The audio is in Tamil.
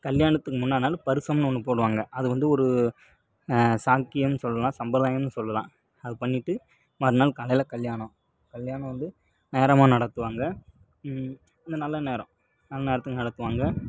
கல்யாணத்துக்கு முன்னான் நாள் பரிசம்னு ஒன்று போடுவாங்க அது வந்து ஒரு சாங்கியம்னு சொல்லலாம் சம்பிரதாயன்னு சொல்லலாம் அது பண்ணிவிட்டு மறுநாள் காலையில் கல்யாணம் கல்யாணம் வந்து நேரமாக நடத்துவாங்க இந்த நல்ல நேரம் நல்ல நேரத்துக்கு நடத்துவாங்க